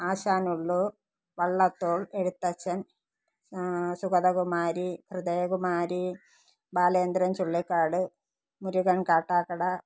Asan Ulloor Vallathol Ezhuthachan Sugathakumari Hridayakumari Balendran Chullikkad Murukan Kattakada